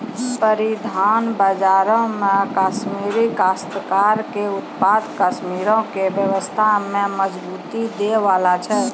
परिधान बजारो मे कश्मीरी काश्तकार के उत्पाद कश्मीरो के अर्थव्यवस्था में मजबूती दै बाला छै